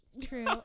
True